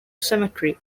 cemetery